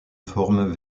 forme